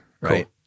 right